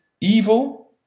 Evil